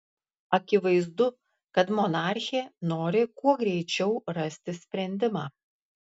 akivaizdu kad monarchė nori kuo greičiau rasti sprendimą